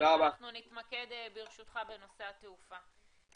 אנחנו נתמקד, ברשותך, בנושא התעופה.